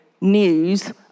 news